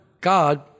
God